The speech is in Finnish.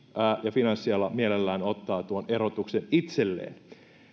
ja finanssiala mielellään ottaa tuon erotuksen itselleen